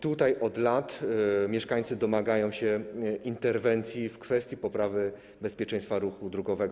Tutaj od lat mieszkańcy domagają się interwencji w kwestii poprawy bezpieczeństwa ruchu drogowego.